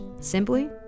simply